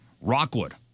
Rockwood